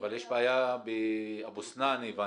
אבל יש בעיה באבו סנאן, הבנתי.